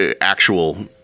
actual